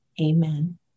Amen